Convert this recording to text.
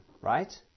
right